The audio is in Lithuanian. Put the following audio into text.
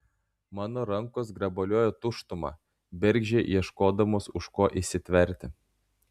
mano rankos grabaliojo tuštumą bergždžiai ieškodamos už ko įsitverti